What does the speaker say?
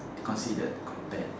considered quite bad